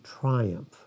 triumph